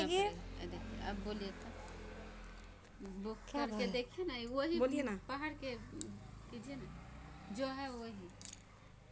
प्रियंका बताले कि कोई प्रतिभूतिर पर प्रतिफल प्रतिभूति धारकक प्रत्याशित प्रतिफलेर एकता उपाय छिके